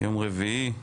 יום רביעי,